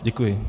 Děkuji.